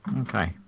okay